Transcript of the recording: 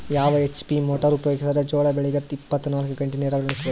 ಯಾವ HP motor ಉಪಯೋಗಿಸಿದರ ಜೋಳ ಬೆಳಿಗ ಇಪ್ಪತ ನಾಲ್ಕು ಗಂಟೆ ನೀರಿ ಉಣಿಸ ಬಹುದು?